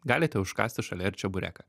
galite užkąsti šalia ir čebureką